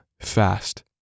fast